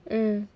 mm